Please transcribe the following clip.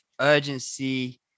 urgency